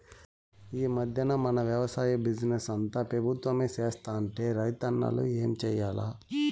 ఈ మధ్దెన మన వెవసాయ బిజినెస్ అంతా పెబుత్వమే సేత్తంటే రైతన్నలు ఏం చేయాల్ల